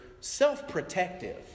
self-protective